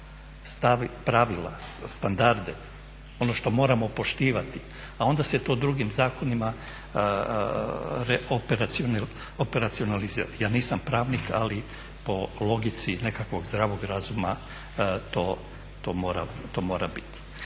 pravila, standarde, ono što moramo poštivati, a onda se to drugim zakonima operacionalizira. Ja nisam pravnik, ali po logici nekakvog zdravog razuma to mora biti.